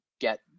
get